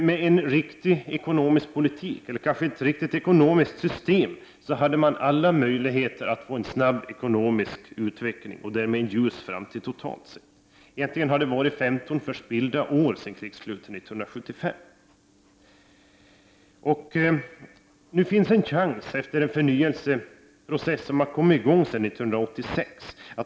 Med en riktig ekonomisk politik, eller kanske snarare ett riktigt ekonomiskt system, skulle man ha alla möjligheter att få till stånd en snabb ekonomisk utveckling och därmed ha en ljus framtid, totalt sett. Egentligen har det varit 15 förspillda år sedan krigslutet 1975. Nu finns en chans, efter en förnyelseprocess som har kommit i gång sedan 1986.